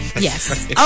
Yes